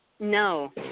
No